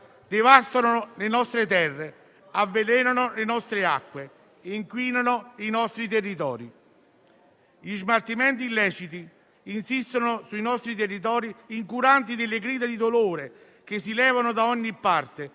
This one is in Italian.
devastano le nostre terre, avvelenano le nostre acque e inquinano i nostri territori. Gli smaltimenti illeciti insistono sui nostri territori, incuranti delle grida di dolore che si levano da ogni parte